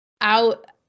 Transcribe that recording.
out